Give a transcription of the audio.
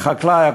החקלאי,